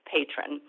patron